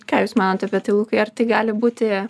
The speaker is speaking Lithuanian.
ką jūs manot apie tai lukai ar tai gali būti